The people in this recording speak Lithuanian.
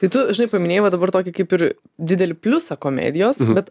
tai tu žinai paminėjai va dabar tokį kaip ir didelį pliusą komedijos bet